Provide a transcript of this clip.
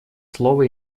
слово